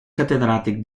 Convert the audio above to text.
catedràtic